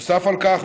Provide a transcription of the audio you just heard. נוסף על כך,